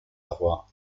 agua